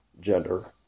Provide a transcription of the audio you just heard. gender